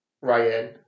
Ryan